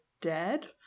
dead